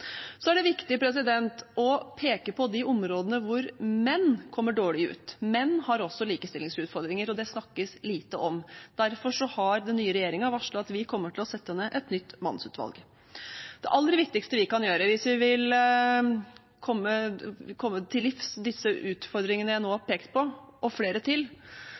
Så er det viktig å peke på de områdene hvor menn kommer dårlig ut. Menn har også likestillingsutfordringer, og det snakkes lite om. Derfor har den nye regjeringen varslet at vi kommer til å sette ned et nytt mannsutvalg. Det aller viktigste vi kan gjøre hvis vi vil disse utfordringene som jeg nå peker på – og flere til